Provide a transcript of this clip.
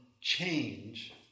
change